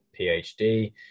PhD